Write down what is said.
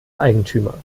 eigentümer